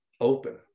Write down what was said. open